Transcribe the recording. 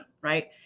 right